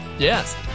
Yes